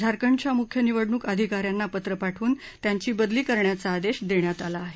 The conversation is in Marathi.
झारखंडच्या मुख्य निवडणूक अधिका यांना पत्र पाठवून त्यांची बदली करण्याचा आदेश देण्यात आला आहे